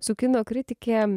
su kino kritike